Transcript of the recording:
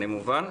אני מובן?